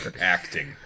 Acting